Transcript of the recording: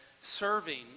serving